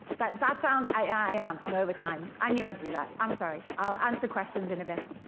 that that sounds i i am on over time. i knew i'd do that. i'm sorry. i'll answer questions in a bit.